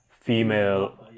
female